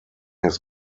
his